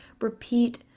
repeat